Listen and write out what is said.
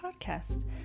podcast